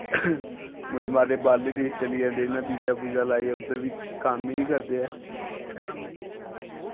मुड़े मड़े बाह्रलेे देश चली जंदे इ'यां वीज़ा बूज़ा लाइयै उद्धर बी कम्म गै करदे ऐ